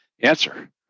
answer